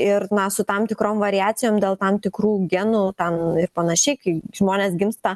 ir na su tam tikrom variacijom dėl tam tikrų genų ten ir panašiai kai žmonės gimsta